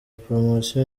promosiyo